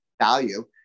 value